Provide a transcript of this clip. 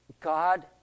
God